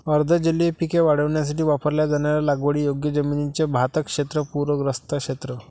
अर्ध जलीय पिके वाढवण्यासाठी वापरल्या जाणाऱ्या लागवडीयोग्य जमिनीचे भातशेत पूरग्रस्त क्षेत्र